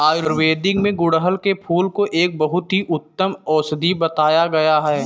आयुर्वेद में गुड़हल के फूल को एक बहुत ही उत्तम औषधि बताया गया है